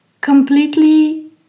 Completely